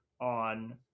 on